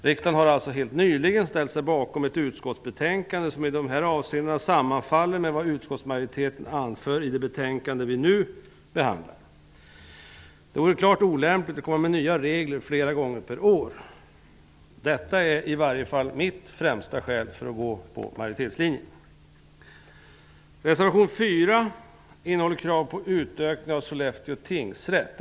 Riksdagen har alltså helt nyligen ställt sig bakom ett utskottsbetänkande som i dessa avseenden sammanfaller med vad utskottsmajoriteten anför i det betänkande som vi nu behandlar. Det vore klart olämpligt att komma med nya regler flera gånger per år. Detta är i varje fall mitt främsta skäl för att gå på majoritetslinjen. Sollefteå tingsrätt.